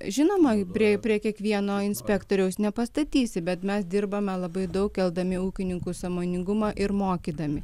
žinoma prie prie kiekvieno inspektoriaus nepastatysi bet mes dirbame labai daug keldami ūkininkų sąmoningumą ir mokydami